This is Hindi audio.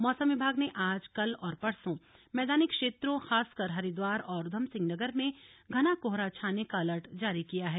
मौसम विभाग ने आज कल और परसो मैदानी क्षेत्रों खासकर हरिद्वार और उधमसिंह नगर में घना कोहरा छाने का अलर्ट जारी किया है